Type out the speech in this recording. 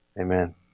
Amen